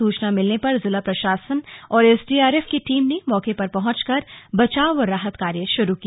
सूचना मिलने पर जिला प्रशासन और एसडीआरएफ की टीम ने मौके पर पहुंचकर बचाव और राहत कार्य शुरू किया